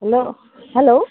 hello hello